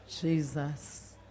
Jesus